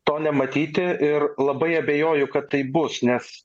to nematyti ir labai abejoju kad taip bus nes